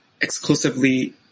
exclusively